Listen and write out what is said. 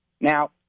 Now